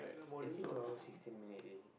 actually two hour sixteen minute already